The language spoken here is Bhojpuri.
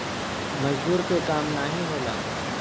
मजदूर के काम नाही होला